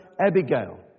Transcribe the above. Abigail